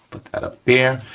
put that up there.